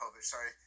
sorry